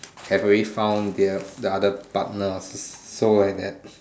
have already found the uh the another partner so like that